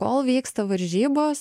kol vyksta varžybos